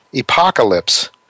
apocalypse